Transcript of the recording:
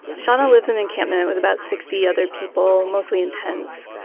shauna lives in encampment with about sixty other people, mostly in tents.